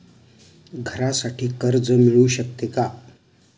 घरासाठी कर्ज मिळू शकते का?